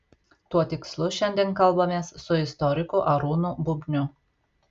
tuo tikslu šiandien kalbamės su istoriku arūnu bubniu